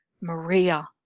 Maria